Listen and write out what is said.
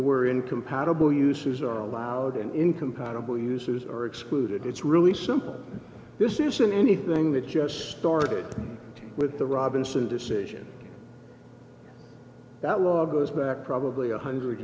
were incompatible uses are allowed and incompatible users are excluded it's really simple this isn't anything that just started with the robinson decision that war goes back probably a hundred